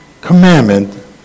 commandment